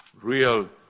real